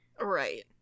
Right